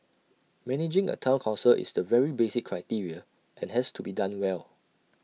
managing A Town Council is the very basic criteria and has to be done well